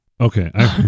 Okay